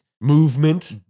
movement